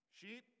Sheep